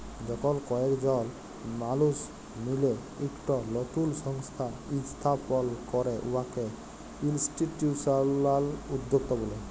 যখল কয়েকজল মালুস মিলে ইকট লতুল সংস্থা ইস্থাপল ক্যরে উয়াকে ইলস্টিটিউশলাল উদ্যক্তা ব্যলে